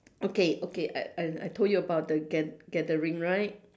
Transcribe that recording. okay okay I I I told you about the gather~ gathering right